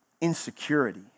insecurity